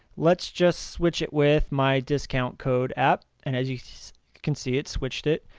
let's just switch it with my discount code app. and as you can see it switched it.